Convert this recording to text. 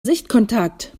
sichtkontakt